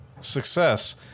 success